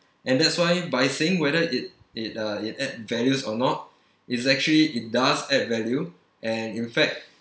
and that's why by saying whether it it uh it add values or not it's actually it does add value and in fact